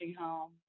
home